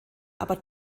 aber